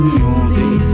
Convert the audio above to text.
music